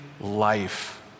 life